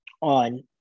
on